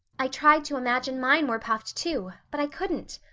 i tried to imagine mine were puffed, too, but i couldn't.